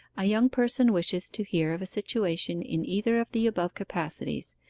a young person wishes to hear of a situation in either of the above capacities.